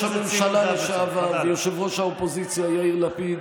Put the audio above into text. הממשלה לשעבר וראש האופוזיציה יאיר לפיד